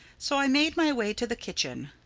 so i made my way to the kitchen.